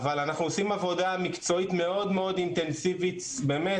אבל אנחנו עושים עבודה מקצועית מאוד מאוד אינטנסיבית באמת,